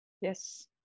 Yes